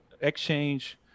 exchange